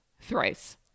Thrice